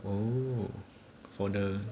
oh for the